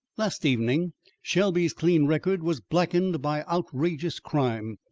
last evening shelby's clean record was blackened by outrageous crime.